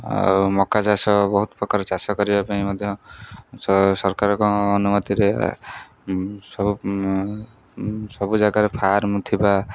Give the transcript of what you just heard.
ଆଉ ମକା ଚାଷ ବହୁତ ପ୍ରକାର ଚାଷ କରିବା ପାଇଁ ମଧ୍ୟ ସରକାରଙ୍କ ଅନୁମତିରେ ସବୁ ସବୁ ଜାଗାରେ ଫାର୍ମ ଥିବା